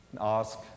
ask